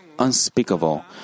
unspeakable